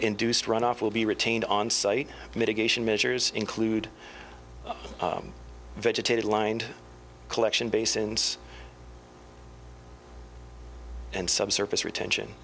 induced runoff will be retained on site mitigation measures include vegetated lined collection basins and subsurface retention